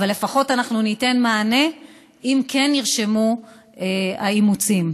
אבל לפחות ניתן מענה אם כן נרשמו האימוצים.